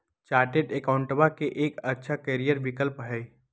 chartered अकाउंटेंटवा के एक अच्छा करियर विकल्प हई